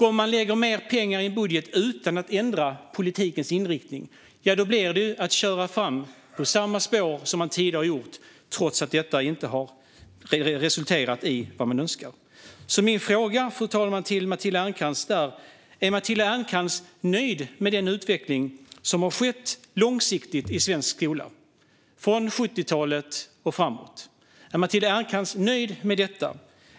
Om man lägger mer pengar i en budget utan att ändra politikens inriktning blir det som att köra på samma spår som man tidigare har gjort trots att det inte har resulterat i vad man önskar. Fru talman! Min fråga till Matilda Ernkrans är: Är Matilda Ernkrans nöjd med den utveckling som har skett långsiktigt i svensk skola, från 70talet och framåt? Är Matilda Ernkrans nöjd med detta?